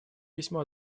письмо